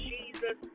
Jesus